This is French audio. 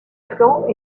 flancs